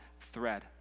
thread